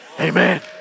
Amen